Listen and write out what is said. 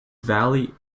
valley